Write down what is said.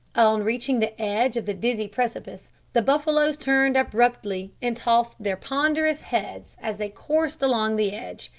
on reaching the edge of the dizzy precipice, the buffaloes turned abruptly and tossed their ponderous heads as they coursed along the edge.